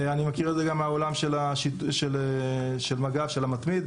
אני מכיר את זה גם מהעולם של מג"ב, של המתמיד.